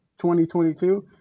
2022